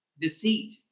deceit